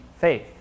faith